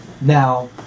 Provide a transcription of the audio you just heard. Now